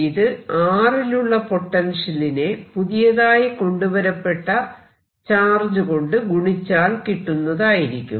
ഇത് r ലുള്ള പൊട്ടെൻഷ്യലിനെ പുതിയതായി കൊണ്ടുവരപ്പെട്ട ചാർജ് കൊണ്ട് ഗുണിച്ചാൽ കിട്ടുന്നതായിരിക്കും